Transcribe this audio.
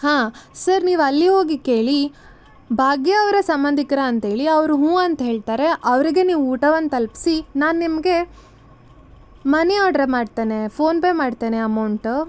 ಹಾಂ ಸರ್ ನೀವು ಅಲ್ಲಿ ಹೋಗಿ ಕೇಳಿ ಭಾಗ್ಯ ಅವರ ಸಂಬಂಧಿಕರಾ ಅಂತ್ಹೇಳಿ ಅವರು ಹ್ಞೂ ಅಂತ ಹೇಳ್ತಾರೆ ಅವರಿಗೆ ನೀವು ಊಟವನ್ನು ತಲ್ಪಿಸಿ ನಾನು ನಿಮಗೆ ಮನಿ ಆರ್ಡ್ರ್ ಮಾಡ್ತೇನೆ ಫೋನ್ಪೇ ಮಾಡ್ತೇನೆ ಅಮೌಂಟು